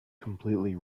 completely